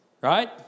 right